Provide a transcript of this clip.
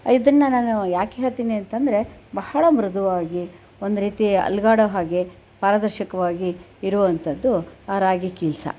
ಇದನ್ನು ನಾನು ಯಾಕೆ ಹೇಳ್ತೀನಿ ಅಂತಂದರೆ ಬಹಳ ಮೃದುವಾಗಿ ಒಂದು ರೀತಿ ಅಲುಗಾಡೋ ಹಾಗೆ ಪಾರದರ್ಶಕವಾಗಿ ಇರುವಂಥದ್ದು ಆ ರಾಗಿ ಕೀಲ್ಸಾ